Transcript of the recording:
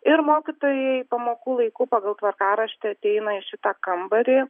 ir mokytojai pamokų laiku pagal tvarkaraštį ateina į šitą kambarį